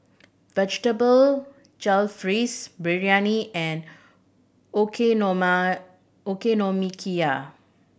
Vegetable Jalfrezi Biryani and Okonomiyaki